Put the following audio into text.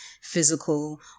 physical